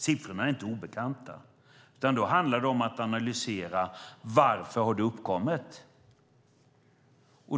Siffrorna är inte obekanta, utan det handlar om att analysera varför de har uppkommit.